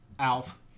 Alf